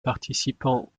participant